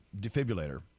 defibrillator